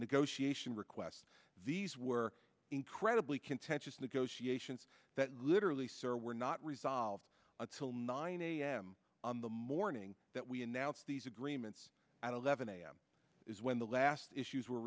negotiation requests these were incredibly contentious negotiations that literally sir were not resolved until nine a m on the morning that we announced these agreements at eleven a m is when the last issues were